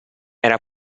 era